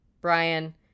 Brian